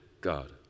God